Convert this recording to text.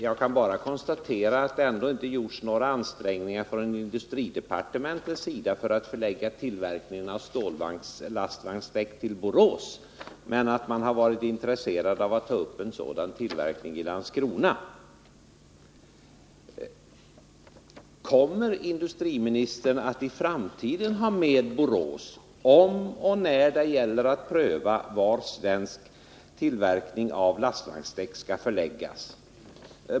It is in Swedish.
Jag kan bara konstatera att det ändå inte gjorts några ansträngningar från industridepartementets sida för att förlägga tillverkningen av stållastvagnsdäck till Borås men att man varit intresserad av att ta upp en sådan tillverkning i Landskrona. Kommer industriministern att i framtiden ha med Borås, om och när det gäller att pröva var svensk tillverkning av lastvagnsdäck skall förläggas?